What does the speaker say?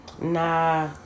Nah